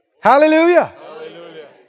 Hallelujah